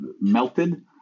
melted